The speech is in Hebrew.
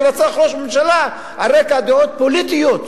שרצח ראש ממשלה על רקע דעות פוליטיות,